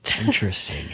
Interesting